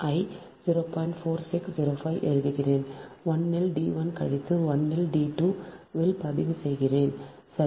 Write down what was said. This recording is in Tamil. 4605 எழுதுகிறேன் 1 இல் d 1 கழித்து 1 இல் d 2 இல் I பதிவு செய்கிறேன் சரி